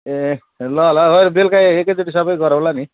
ए ल ल है बेलुका एकैचोटि सबै गरौँला नि